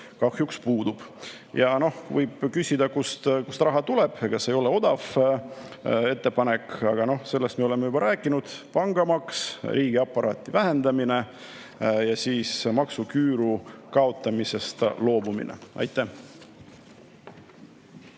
kahjuks puudub. Võib küsida, kust see raha tuleb, sest see ei ole odav ettepanek, aga sellest me oleme juba rääkinud: pangamaks, riigiaparaadi vähendamine ja maksuküüru kaotamisest loobumine. Hea